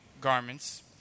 garments